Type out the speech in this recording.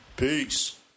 Peace